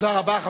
תודה רבה.